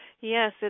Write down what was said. Yes